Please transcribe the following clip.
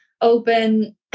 open